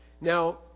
Now